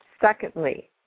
Secondly